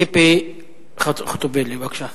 ציפי חוטובלי, בבקשה.